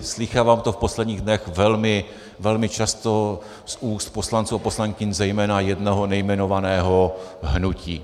Slýchávám to v posledních dnech velmi, velmi často z úst poslanců a poslankyň zejména jednoho nejmenovaného hnutí.